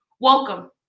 welcome